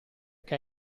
che